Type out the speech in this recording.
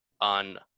on